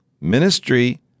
Ministry